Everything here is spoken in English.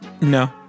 No